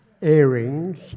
earrings